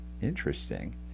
interesting